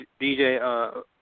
DJ